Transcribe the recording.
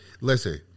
Listen